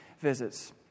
visits